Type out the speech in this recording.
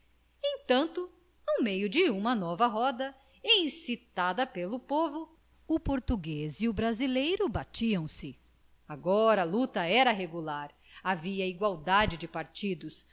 entanto no meio de uma nova roda encintada pelo povo o português e o brasileiro batiam se agora a luta era regular havia igualdade de partidos